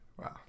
wow